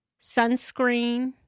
sunscreen